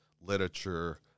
literature